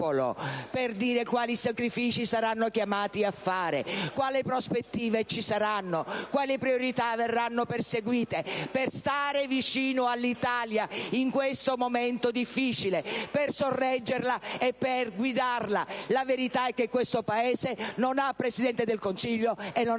per dire quali sacrifici sarà chiamato a fare, quali sono le prospettive e quali priorità verranno perseguite, per stare vicino all'Italia in questo momento difficile, sorreggerla e guidarla? La verità è che questo Paese non ha Presidente del Consiglio, né